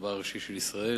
רבה הראשי של ישראל.